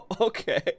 Okay